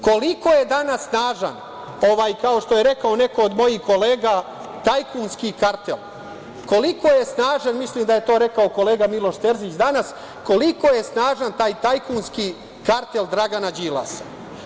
Koliko je danas snažan ovaj, kao što je rekao neko od mojih kolega, tajkunski kartel, koliko je snažan, mislim da je to rekao kolega Miloš Terzić danas, koliko je snažan taj tajkunski kartel Dragana Đilasa?